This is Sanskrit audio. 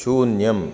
शून्यम्